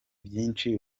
byinshi